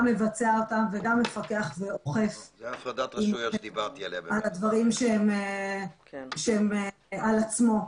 גם מבצע אותם וגם מפקח ואוכף את הדברים שהם על עצמו.